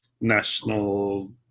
national